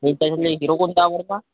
तुला त्याच्यातले हिरो कोणता आवडता